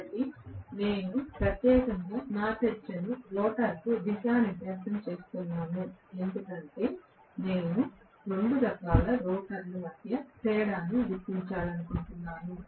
కాబట్టి నేను ప్రత్యేకంగా నా చర్చను రోటర్కు దిశానిర్దేశం చేస్తున్నాను ఎందుకంటే నేను 2 రకాల రోటర్ల మధ్య తేడాను గుర్తించాలనుకుంటున్నాను